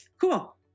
Cool